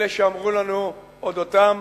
אלה שאמרו לנו על אודותם: